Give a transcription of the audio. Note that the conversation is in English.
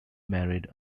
married